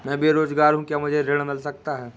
मैं बेरोजगार हूँ क्या मुझे ऋण मिल सकता है?